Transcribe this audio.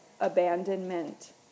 abandonment